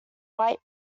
white